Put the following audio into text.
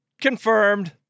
Confirmed